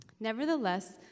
Nevertheless